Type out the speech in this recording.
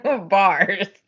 bars